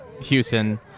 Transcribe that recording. Houston